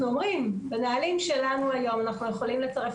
אנחנו אומרים שהנהלים שלנו היום אנחנו יכולים לצרוף